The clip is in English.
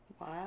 Wow